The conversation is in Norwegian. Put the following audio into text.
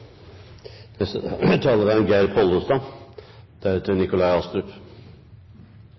Neste taler er